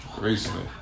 recently